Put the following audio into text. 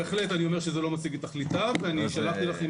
בהחלט אני אומר שהיא לא משיגה את תכליתה ואני שלחתי לכם